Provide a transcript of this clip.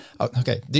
okay